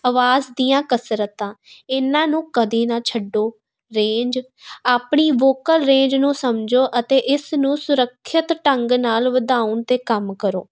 ਆਵਾਜ਼ ਦੀਆਂ ਕਸਰਤਾਂ ਇਹਨਾਂ ਨੂੰ ਕਦੇ ਨਾ ਛੱਡੋ ਰੇਂਜ ਆਪਣੀ ਵੋਕਲ ਰੇਂਜ ਨੂੰ ਸਮਝੋ ਅਤੇ ਇਸ ਨੂੰ ਸੁਰੱਖਿਅਤ ਢੰਗ ਨਾਲ ਵਧਾਉਣ 'ਤੇ ਕੰਮ ਕਰੋ